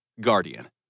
Guardian